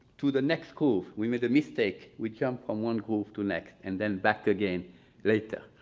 to the next groove we made a mistake. we jump on one groove to next and then back again later.